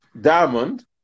diamond